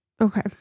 Okay